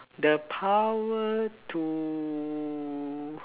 the power to